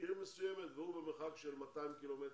בעיר מסוימת והוא במרחק של 200 קילומטר,